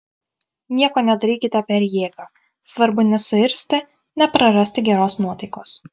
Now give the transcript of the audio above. nieko nedarykite per jėgą svarbu nesuirzti neprarasti geros nuotaikos